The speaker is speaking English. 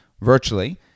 virtually